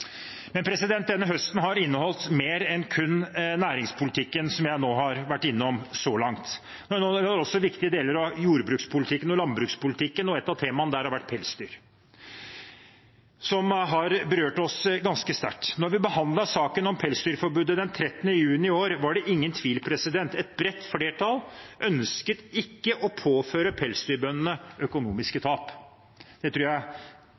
Men denne høsten har inneholdt mer enn kun næringspolitikken, som jeg har vært innom så langt. Den har også inneholdt viktige deler av jordbrukspolitikken og landbrukspolitikken, og et av temaene der har vært pelsdyr, som har berørt oss ganske sterkt. Da vi behandlet saken om pelsdyrforbudet den 13. juni i år, var det ingen tvil: Et bredt flertall ønsket ikke å påføre pelsdyrbøndene økonomiske tap. Det tror jeg